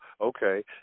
okay